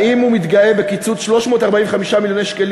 האם הוא מתגאה בקיצוץ 348 מיליון שקלים